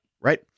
Right